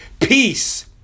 peace